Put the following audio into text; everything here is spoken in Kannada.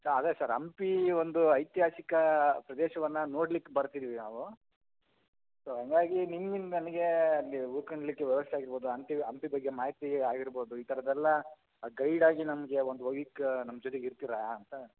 ಸಾ ಅದೇ ಸರ್ ಹಂಪೀ ಒಂದು ಐತಿಹಾಸಿಕ ಪ್ರದೇಶವನ್ನು ನೋಡ್ಲಿಕ್ಕೆ ಬರ್ತಿದ್ದೀವಿ ನಾವು ಸೊ ಹಂಗಾಗಿ ನಿಮ್ಮಿಂದ ನನಗೆ ಅಲ್ಲಿ ಉಳ್ಕಳ್ಲಿಕ್ಕೆ ವ್ಯವಸ್ಥೆ ಆಗ್ಬೋದಾ ಅಂತ ಹಂಪಿ ಬಗ್ಗೆ ಮಾಹಿತಿ ಆಗಿರ್ಬೋದು ಈ ಥರದೆಲ್ಲ ಗೈಡಾಗಿ ನಮಗೆ ಒಂದು ವೀಯ್ಕ್ ನಮ್ಮ ಜೊತೆಗ್ ಇರ್ತೀರಾ ಅಂತ